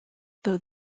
though